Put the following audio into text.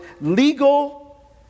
legal